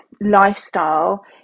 lifestyle